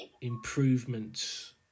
improvements